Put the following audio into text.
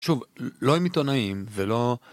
שוב, לא עם עיתונאים ולא...